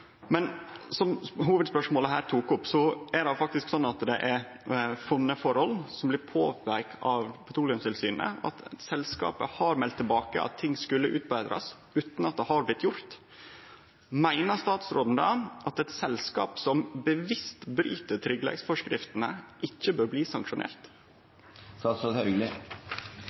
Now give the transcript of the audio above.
Men som hovudspørsmålet her tok opp, er det faktisk slik at det er funne forhold, som blir påpeikte av Petroleumstilsynet, der selskapet har meldt tilbake at ting skulle utbetrast, utan at det har blitt gjort. Meiner statsråden at eit selskap som bevisst bryt tryggleiksforskriftene, ikkje bør bli